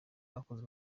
bakoze